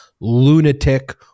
lunatic